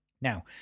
Now